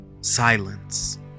Silence